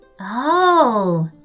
Oh